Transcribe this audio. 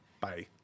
Bye